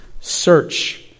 search